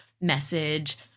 message